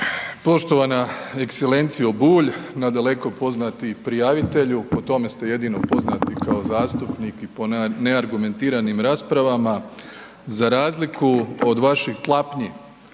Poštovana ekselencijo Bulj, nadaleko poznati prijavitelju po tome ste jedino poznati kao zastupnik i po neargumentiranim raspravama razliku od vaših klapnji